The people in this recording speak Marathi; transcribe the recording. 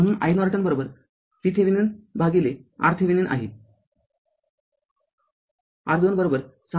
म्हणून iNorton VThevenin भागिले R थेविनिन आहे R२६